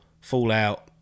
Fallout